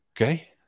Okay